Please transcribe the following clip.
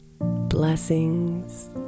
Blessings